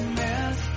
mess